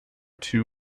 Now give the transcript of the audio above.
two